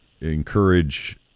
encourage